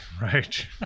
Right